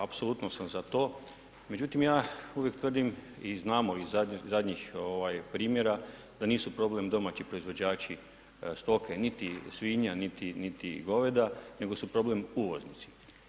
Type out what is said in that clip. Apsolutno sam za to međutim ja uvijek tvrdim i znamo iz zadnjih primjera da nisu problem domaći proizvođači stoke niti svinja niti goveda nego su problem uvoznici.